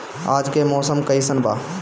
आज के मौसम कइसन बा?